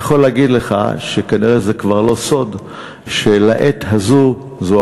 אני יכול להגיד לך שכנראה זה כבר לא סוד שלעת הזאת זו